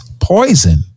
poison